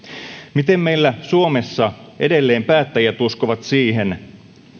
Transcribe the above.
miten meillä suomessa edelleen päättäjät uskovat siihen